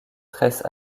trace